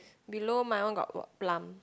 below my one got what plum